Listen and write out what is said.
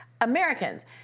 Americans